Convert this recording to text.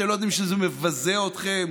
אתם לא יודעים שזה מבזה אתכם?